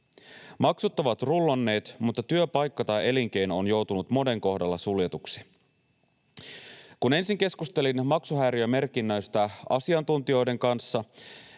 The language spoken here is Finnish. Maksut ovat rullanneet, mutta työpaikka tai elinkeino on joutunut monen kohdalla suljetuksi. Kun ensin keskustelin maksuhäiriömerkinnöistä asiantuntijoiden kanssa,